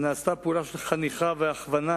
נעשתה פעולה של חניכה והכוונה